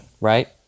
Right